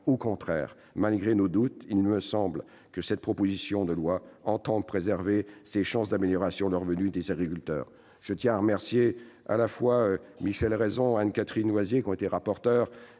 Au contraire, malgré nos doutes, il me semble que cette proposition de loi entend préserver toutes ses chances d'améliorer le revenu de nos agriculteurs. Enfin, je tiens à remercier Michel Raison et Anne-Catherine Loisier qui étaient rapporteurs